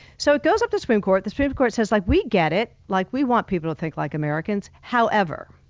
so it goes up to the supreme court. the supreme court says like, we get it, like we want people to think like americans. however,